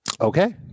Okay